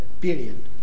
period